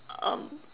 um